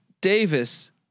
Davis